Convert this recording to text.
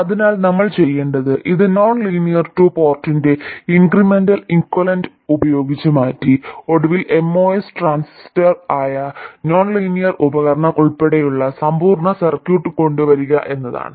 അതിനാൽ നമ്മൾ ചെയ്യേണ്ടത് ഇത് നോൺലീനിയർ ടു പോർട്ടിന്റെ ഇൻക്രിമെന്റൽ ഇക്വലന്റ് ഉപയോഗിച്ച് മാറ്റി ഒടുവിൽ MOS ട്രാൻസിസ്റ്റർ ആയ നോൺലീനിയർ ഉപകരണം ഉൾപ്പെടെയുള്ള സമ്പൂർണ്ണ സർക്യൂട്ട് കൊണ്ടുവരിക എന്നതാണ്